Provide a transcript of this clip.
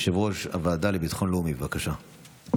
יושב-ראש הוועדה לביטחון לאומי, בבקשה.